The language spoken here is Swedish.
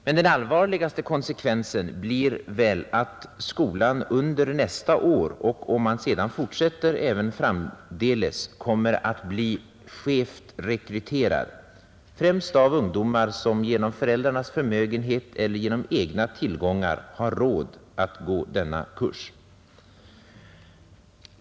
Men den allvarligaste konsekvensen blir kanske att skolan under nästa år — och om man sedan fortsätter, även framdeles — kommer att bli skevt rekryterad, främst av ungdomar som genom föräldrarnas förmögenhet eller genom egna tillgångar har råd att genomgå denna kurs.